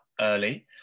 early